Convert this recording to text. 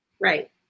right